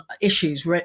issues